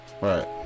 right